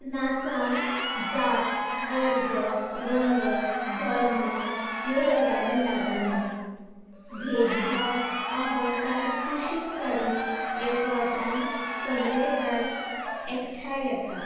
नाचांत जात वर्ग रंग धर्म ह्यो गजाली लागना भेदभाव अहंकार कुशीक काडून एकवटान सगले जाण एकठांय येता